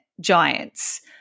giants